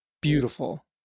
beautiful